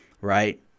right